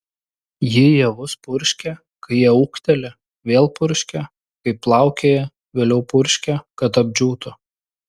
ji javus purškia kai jie ūgteli vėl purškia kai plaukėja vėliau purškia kad apdžiūtų